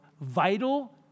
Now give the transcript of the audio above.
vital